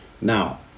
now